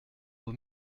vaut